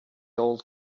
old